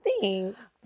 Thanks